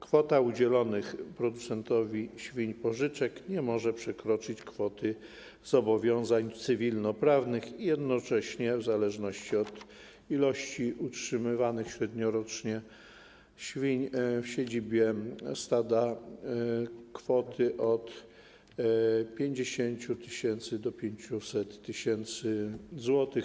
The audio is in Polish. Kwota udzielonych producentowi świń pożyczek nie może przekroczyć kwoty zobowiązań cywilnoprawnych i jednocześnie, w zależności od ilości utrzymywanych średniorocznie świń w siedzibie stada, kwoty od 50 tys. do 500 tys. zł.